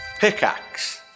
Pickaxe